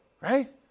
Right